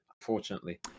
unfortunately